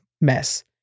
mess